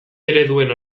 ereduen